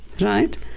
Right